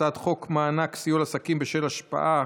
הצעת חוק מענק סיוע לעסקים בשל ההשפעה